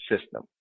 system